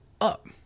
up